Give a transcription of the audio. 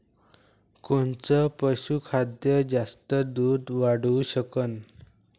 कोनचं पशुखाद्य जास्त दुध वाढवू शकन?